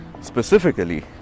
specifically